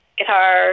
guitar